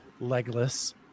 legless